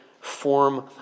form